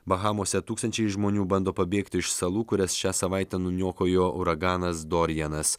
bahamose tūkstančiai žmonių bando pabėgti iš salų kurias šią savaitę nuniokojo uraganas dorianas